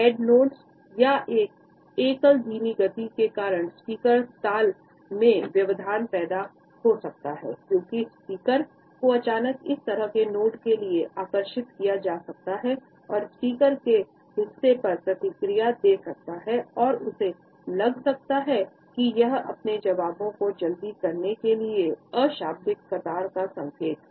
head nods या एक एकल धीमी गति के कारण स्पीकर ताल में व्यवधान पैदा हो सकता है क्योंकि स्पीकर को अचानक इस तरह के नोड के लिए आकर्षित किया जा सकता है और स्पीकर के हिस्से पर प्रतिक्रिया दे सकते हैं और उसे लग सकता है कि यह अपने जवाबों को जल्दी करने के लिए अशाब्दिक कतार का संकेत है